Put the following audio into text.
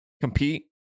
compete